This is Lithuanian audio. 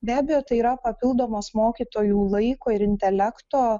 be abejo tai yra papildomos mokytojų laiko ir intelekto